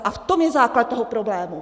A v tom je základ toho problému!